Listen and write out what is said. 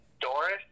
Doris